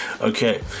Okay